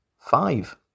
Five